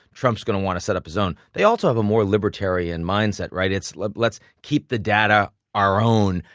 trump's gonna want to set up his own. they also have a more libertarian mindset, right. it's let's let's keep the data our own,